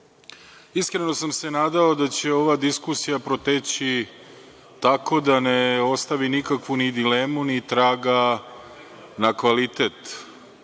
sam se nadao da će ova diskusija proteći tako da ne ostavi nikakvu ni dilemu, ni traga na kvalitet